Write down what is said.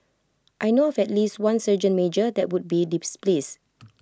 I know of at least one sergeant major that would be displeased